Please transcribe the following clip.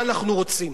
מה אנחנו רוצים?